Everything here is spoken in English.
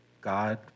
God